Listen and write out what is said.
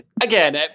again